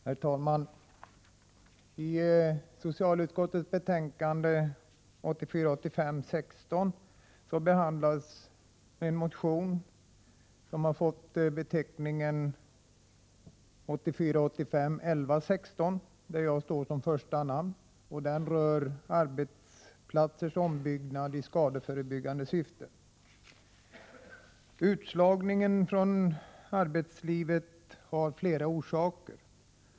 Herr talman! I socialutskottets betänkande 1984 85:1116, där jag står som första namn. Den rör arbetsplatsers ombyggnad i skadeförebyggande syfte. Utslagningen från arbetslivet har flera orsaker.